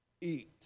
eat